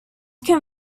can